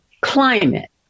Climate